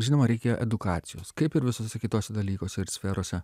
žinoma reikia edukacijos kaip ir visose kitose dalykuose ir sferose